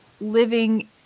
living